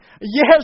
Yes